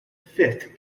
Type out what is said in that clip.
fifth